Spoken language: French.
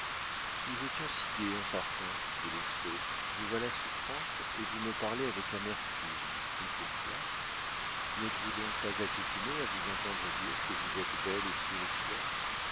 nous étions si gais en partant dit lousteau vous voilà souffrante et vous me parlez avec amertume et pourquoi n'êtes-vous donc pas accoutumée à vous entendre dire que vous êtes belle et spirituelle